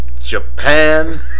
Japan